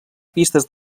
pistes